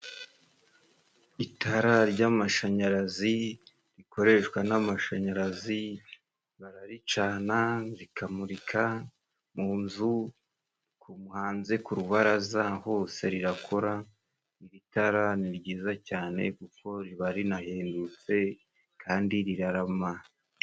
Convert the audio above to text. Itara ry'amashanyarazi rikoreshwa n'amashanyarazi, bararicana rikamurika mu nzu, ku muhanze ku rubaraza hose rirakora ,iri tara ni ryiza cyane kuko riba rinahendutse kandi rirarama.